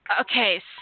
Okay